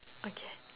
okay